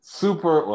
super